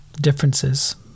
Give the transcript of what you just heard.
differences